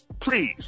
Please